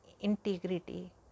integrity